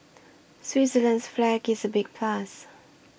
Switzerland's flag is a big plus